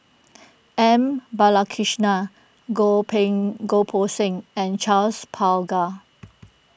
M Balakrishnan Goh Ping Goh Poh Seng and Charles Paglar